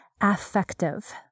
affective